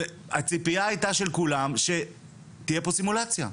והציפייה היתה של כולם שתהיה פה סימולציה.